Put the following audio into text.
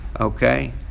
okay